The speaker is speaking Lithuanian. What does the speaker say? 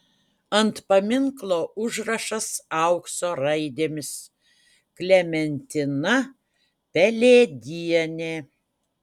ant paminklo užrašas aukso raidėmis klementina pelėdienė